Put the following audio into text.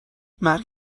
مرگ